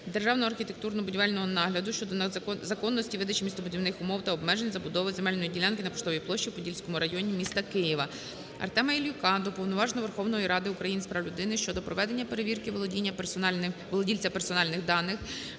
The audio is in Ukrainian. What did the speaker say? державного архітектурно - будівельного нагляду щодо законності видачі містобудівних умов та обмежень забудови земельної ділянки на Поштовій площі у Подільському районі міста Києва. АртемаІльюка до Уповноваженого Верховної Ради України з прав людини щодо проведення перевірки володільця персональних даних